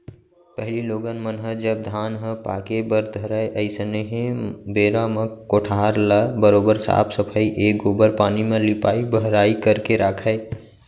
पहिली लोगन मन ह जब धान ह पाके बर धरय अइसनहे बेरा म कोठार ल बरोबर साफ सफई ए गोबर पानी म लिपाई बहराई करके राखयँ